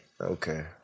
Okay